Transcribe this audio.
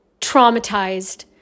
traumatized